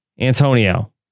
Antonio